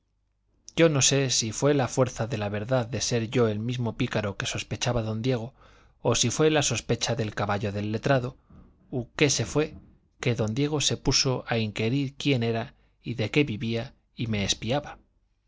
yo no sé si fue la fuerza de la verdad de ser yo el mismo pícaro que sospechaba don diego o si fue la sospecha del caballo del letrado u qué se fue que don diego se puso a inquerir quién era y de qué vivía y me espiaba